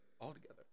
altogether